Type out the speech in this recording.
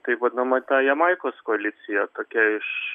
taip vadinama ta jamaikos koalicija tokia iš